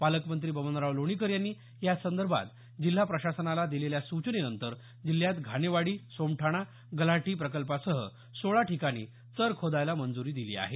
पालकमंत्री बबनराव लोणीकर यांनी या संदर्भात जिल्हा प्रशासनाला दिलेल्या सूचनेनंतर जिल्ह्यात घाणेवाडी सोमठाणा गल्हाटी प्रकल्पासह सोळा ठिकाणी चर खोदायला मंजूरी दिली आहे